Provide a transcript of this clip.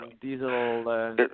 diesel